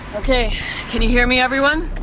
okay, can you hear me everyone?